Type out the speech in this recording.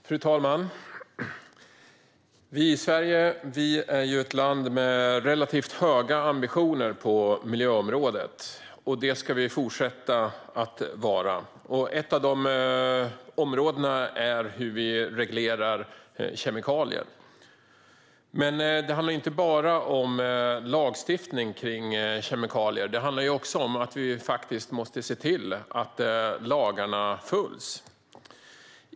Fru talman! Sverige är ett land med relativt höga ambitioner på miljöområdet, och det ska vi fortsätta att vara. En viktig del i detta är hur vi reglerar kemikalier. Det handlar inte bara om lagstiftning när det gäller kemikalier. Det handlar också om att vi faktiskt måste se till att lagarna följs.